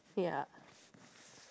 ya